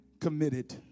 Committed